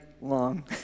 long